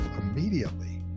immediately